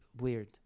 weird